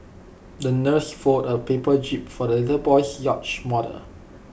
the nurse fold A paper jib for the little boy's yacht model